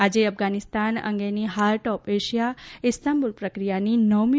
આજે અફઘાનિસ્તાન અંગેની heart of Asia Istanbul પ્રક્રિયાની નવમી